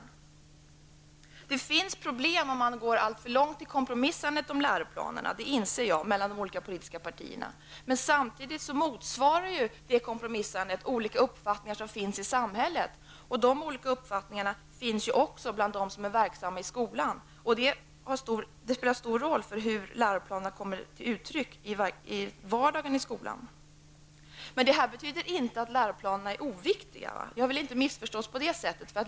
Problem uppstår om man går alltför långt i kompromissandet om läroplanerna mellan de olika politiska partierna -- det inser jag -- men samtidigt motsvarar ju detta kompromissande olika uppfattningar som finns i samhället och bland dem som är verksamma i skolan. Det spelar därför stor roll för hur läroplanerna kommer till uttryck i skolans vardag. Detta betyder dock inte att läroplanerna är oviktiga -- jag vill inte missförstås på den punkten.